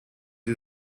sie